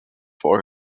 for